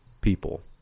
people